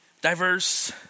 diverse